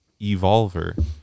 evolver